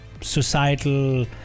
societal